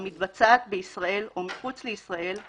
המתבצעת בישראל או מחוץ לישראל,